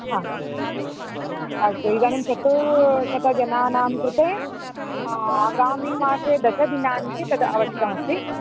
हा अस्तु इदानीं चतुश्शतं जनानां कृते अगामीमासे दशमदिनाङ्के तद् आवश्यकमस्ति